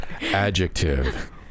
Adjective